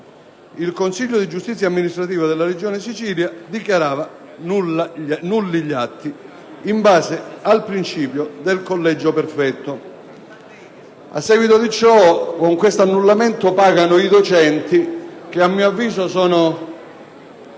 il Consiglio di giustizia amministrativa della Regione Sicilia dichiarava nulli gli atti in base al principio del collegio perfetto. Le conseguenze di questo annullamento le pagano i docenti che - a mio avviso - sono